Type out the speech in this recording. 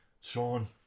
Sean